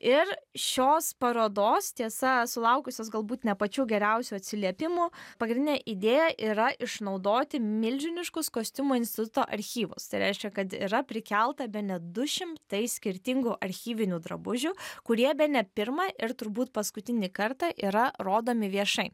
ir šios parodos tiesa sulaukusios galbūt ne pačių geriausių atsiliepimų pagrindinė idėja yra išnaudoti milžiniškus kostiumų insulto archyvus tai reiškia kad yra prikelta bene du šimtai skirtingų archyvinių drabužių kurie bene pirmą ir turbūt paskutinį kartą yra rodomi viešai